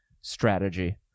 strategy